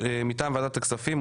מטעם ועדת הכספים,